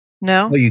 No